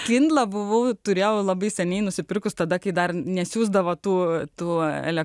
kindle buvo turėjau labai seniai nusipirkus tada kai dar nesiųsdavo tu tu